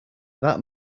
that